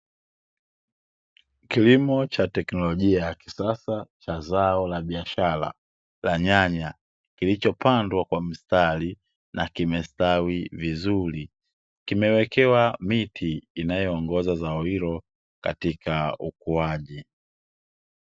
Kilimo cha teknolojia ya kisasa cha zao la biashara la nyanya, kilichopandwa kwa mstari na kimestawi vizuri. Kimewekewa miti inayoongoza zao hilo katika ukuaji.